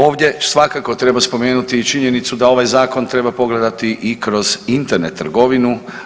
Ovdje svakako treba spomenuti i činjenicu da ovaj zakon treba pogledati i kroz Internet trgovinu.